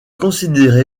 considéré